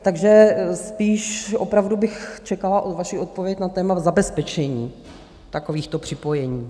Takže spíš opravdu bych čekala vaši odpověď na téma zabezpečení takovýchto připojení.